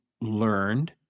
learned